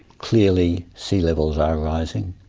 clearly sea-levels are rising,